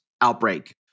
outbreak